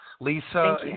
Lisa